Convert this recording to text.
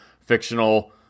fictional